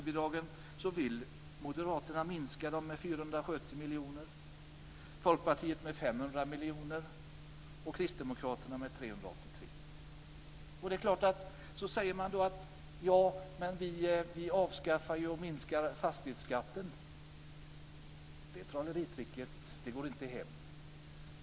Moderaterna vill minska räntebidragen med 470 miljoner, Folkpartiet med 500 miljoner och Kristdemokraterna med 383 miljoner. Man säger att man avskaffar eller minskar fastighetsskatten. Det trolleritricket går inte hem.